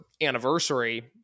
anniversary